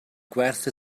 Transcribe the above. gwerth